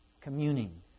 communing